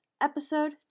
episode